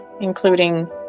including